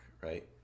right